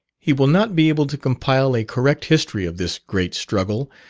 he will not be able to compile a correct history of this great struggle,